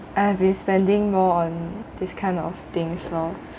I have been spending more on this kind of things lor